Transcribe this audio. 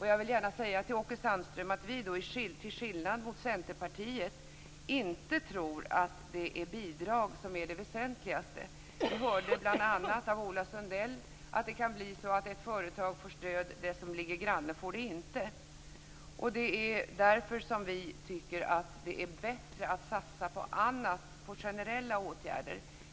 Jag vill gärna säga till Åke Sandström att vi, till skillnad från Centerpartiet, inte tror att bidrag är det väsentligaste. Vi hörde bl.a. av Ola Sundell att det kan bli så att ett företag får stöd, medan det som är granne inte får det. Det är därför som vi tycker att det är bättre att satsa på generella åtgärder.